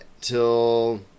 till